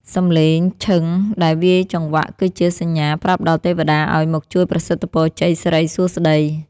សំឡេងឈឹងដែលវាយចង្វាក់ គឺជាសញ្ញាប្រាប់ដល់ទេវតាឱ្យមកជួយប្រសិទ្ធពរជ័យសិរីសួស្ដី។